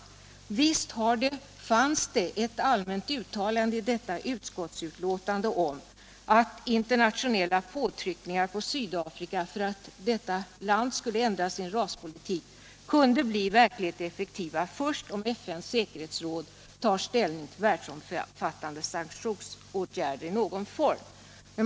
Visst fanns det ett allmänt uttalande i detta utskottsbetänkande om att internationella påtryckningar på Sydafrika, för att detta land skulle ändra raspolitiken, kunde bli verkligt effektiva först om FN:s säkerhetsråd tar ställning till världsomfattande sanktionsåtgärder i någon form.